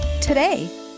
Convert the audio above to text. today